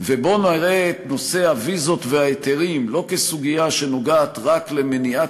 ובוא נראה את נושא הוויזות וההיתרים לא כסוגיה שנוגעת רק למניעת